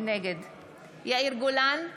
נגד יאיר גולן,